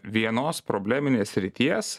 vienos probleminės srities